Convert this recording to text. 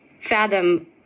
fathom